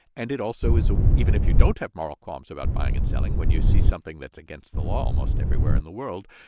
and it also is a even if you don't have moral qualms about buying and selling, when you see something that's against the law almost everywhere in the world,